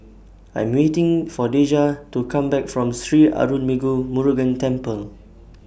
I Am waiting For Deja to Come Back from Sri Arulmigu Murugan Temple